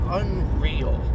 unreal